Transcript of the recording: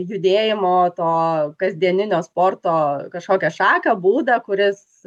judėjimo to kasdieninio sporto kažkokią šaką būdą kuris